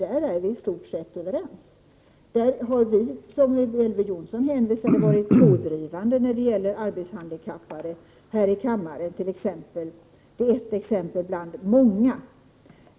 Där är vi i stort sett överens. Där har vi från borgerligt håll, såsom Elver Jonsson hänvisade till, varit pådrivande här i kammaren, t.ex. när det gäller arbetshandikappade. Det är ett exempel bland många.